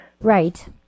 Right